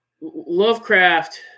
Lovecraft